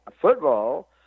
football